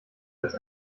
als